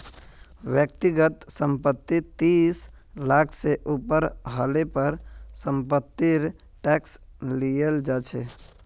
व्यक्तिगत संपत्ति तीस लाख से ऊपर हले पर समपत्तिर टैक्स लियाल जा छे